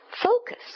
focus